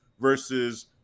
versus